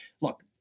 Look